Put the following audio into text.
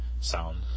sound